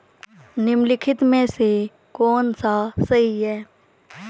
निम्नलिखित में से कौन सा सही है?